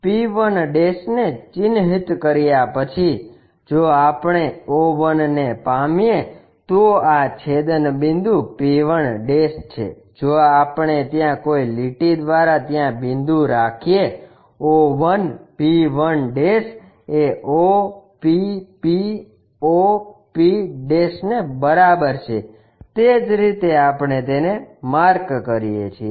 P1 ને ચિહ્નિત કર્યા પછી જો આપણે o 1 ને માપીએ તો આ છેદન બિંદુ p1 છે જો આપણે ત્યાં કોઈ લીટી દ્વારા ત્યાં બિંદુ રાખીએ o 1 p 1 એ o p p o p ને બરાબર છે જે રીતે આપણે તેને માર્ક કરીએ છીએ